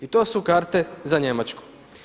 I to su karte za Njemačku.